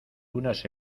unas